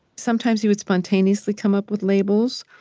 sometimes he would spontaneously come up with labels,